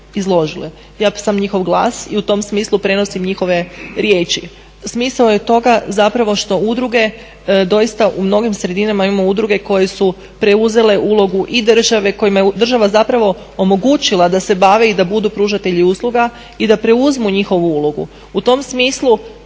izložile. Ja sam njihov glas i u tom smislu prenosim njihove riječi. Smisao je toga što udruge doista u mnogim sredinama imamo udruge koje su preuzele ulogu i države kojima je država omogućila da se bavi i da budu pružatelji usluga i da preuzmu njihovu ulogu. U tom smislu